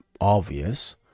obvious